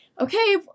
okay